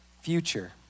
future